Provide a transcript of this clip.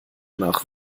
nach